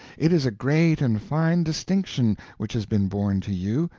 it is a great and fine distinction which has been born to you,